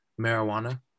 marijuana